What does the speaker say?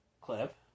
clip